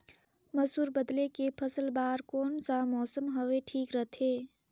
मसुर बदले के फसल बार कोन सा मौसम हवे ठीक रथे?